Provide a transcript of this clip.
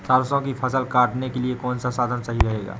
सरसो की फसल काटने के लिए कौन सा साधन सही रहेगा?